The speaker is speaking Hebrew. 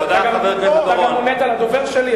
אתה גם מונית לדובר שלי,